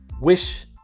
wish